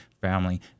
family